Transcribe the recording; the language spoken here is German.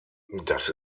das